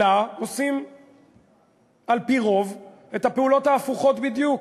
אלא עושה על-פי רוב את הפעולות ההפוכות בדיוק,